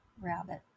rabbit